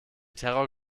terror